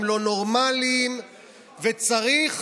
הם לא נורמליים וצריך